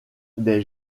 des